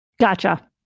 Gotcha